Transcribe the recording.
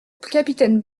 capitaine